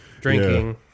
drinking